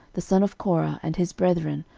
the son of korah, and his brethren,